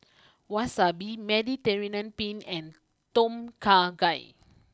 Wasabi Mediterranean Penne and Tom Kha Gai